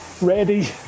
ready